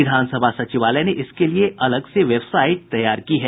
विधानसभा सचिवालय ने इसके लिए अलग से वेबसाइट तैयार की है